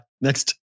Next